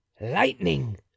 lightning